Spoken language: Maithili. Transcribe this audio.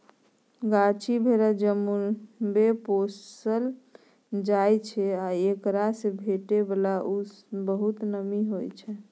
गद्दी भेरा जम्मूमे पोसल जाइ छै आ एकरासँ भेटै बला उन बहुत नामी होइ छै